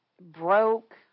broke